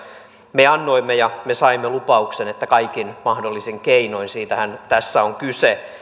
me annoimme ja me saimme lupauksen että kaikin mahdollisin keinoin siitähän tässä on kyse